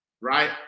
right